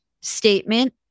statement